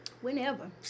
Whenever